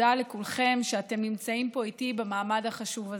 תודה לכולכם על שאתם נמצאים פה איתי במעמד החשוב הזה.